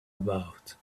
about